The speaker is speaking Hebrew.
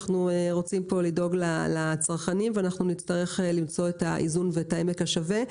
אנחנו רוצים לדאוג לצרכנים ואנחנו נצטרך למצוא את האיזון ועמק השווה.